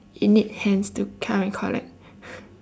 it need hands to come and collect